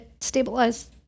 stabilize